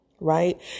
right